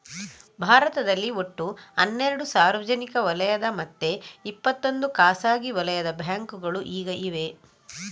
ಭಾರತದಲ್ಲಿ ಒಟ್ಟು ಹನ್ನೆರಡು ಸಾರ್ವಜನಿಕ ವಲಯದ ಮತ್ತೆ ಇಪ್ಪತ್ತೊಂದು ಖಾಸಗಿ ವಲಯದ ಬ್ಯಾಂಕುಗಳು ಈಗ ಇವೆ